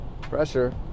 pressure